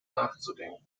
nachzudenken